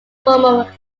former